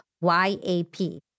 Y-A-P